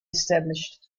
established